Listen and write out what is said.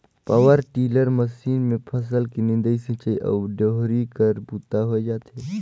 power tiller machine मे फसल के निंदई, सिंचई अउ डोहरी कर बूता होए जाथे